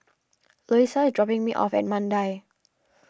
Louisa is dropping me off at Mandai